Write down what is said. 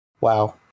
Wow